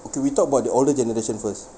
do we talk about the older generation first